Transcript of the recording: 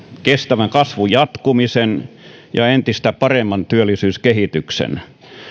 kestävän kasvun jatkumisen ja entistä paremman työllisyyskehityksen